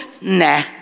nah